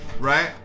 right